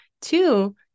Two